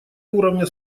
уровня